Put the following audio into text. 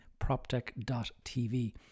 PropTech.tv